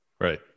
Right